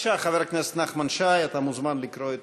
בבקשה, חבר הכנסת נחמן שי, אתה מוזמן לקרוא את